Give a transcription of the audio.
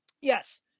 Yes